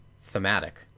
thematic